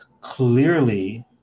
clearly